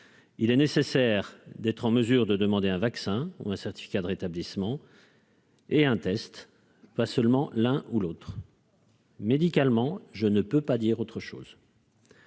il est nécessaire d'être en mesure de demander un vaccin ou un certificat de rétablissement. Et un test, pas seulement l'un ou l'autre. Médicalement je ne peux pas dire autre chose.